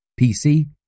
PC